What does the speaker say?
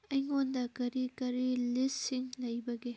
ꯑꯩꯉꯣꯟꯗ ꯀꯔꯤ ꯀꯔꯤ ꯂꯤꯁꯁꯤꯡ ꯂꯩꯕꯒꯦ